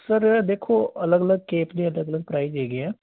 sir ਦੇਖੋ ਅਲੱਗ ਅਲੱਗ ਕੇਪ ਦੇ ਅਲੱਗ ਅਲੱਗ ਪ੍ਰਾਈਜ਼ ਹੈਗੇ ਹੈ